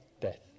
death